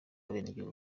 abenegihugu